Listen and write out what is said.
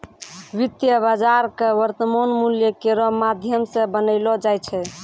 वित्तीय बाजार क वर्तमान मूल्य केरो माध्यम सें बनैलो जाय छै